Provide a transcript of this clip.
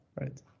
right